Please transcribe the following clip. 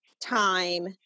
time